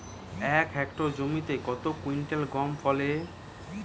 এক হেক্টর জমিতে কত কুইন্টাল গম ফলে?